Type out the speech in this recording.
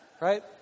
right